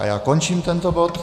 Já končím tento bod.